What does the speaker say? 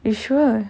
you sure